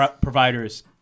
Providers